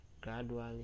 Gradually